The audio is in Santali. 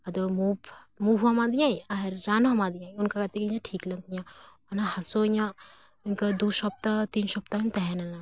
ᱟᱫᱚ ᱢᱩᱵᱷ ᱢᱩᱵᱷ ᱦᱚᱸ ᱮᱢᱟᱫᱤᱧᱟᱹᱭ ᱟᱨ ᱨᱟᱱ ᱦᱚᱸ ᱮᱢᱟ ᱫᱤᱧᱟᱹᱭ ᱚᱱᱠᱟ ᱠᱟᱛᱮᱫ ᱜᱮ ᱴᱷᱤᱠ ᱞᱮᱱ ᱛᱤᱧᱟᱹ ᱚᱱᱟ ᱦᱟᱹᱥᱩ ᱤᱧᱟᱹᱜ ᱤᱱᱠᱟᱹ ᱫᱩ ᱥᱚᱯᱛᱟ ᱛᱤᱱ ᱥᱚᱯᱛᱟ ᱛᱟᱦᱮᱸ ᱞᱮᱱᱟ